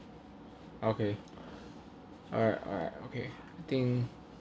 okay alright alright okay I think